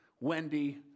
Wendy